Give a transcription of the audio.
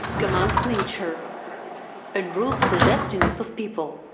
commands nature and rules the destinies of people.